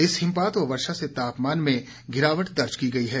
इस हिमपात व वर्षा से तापमान में गिरावट दर्ज की गई है